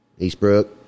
Eastbrook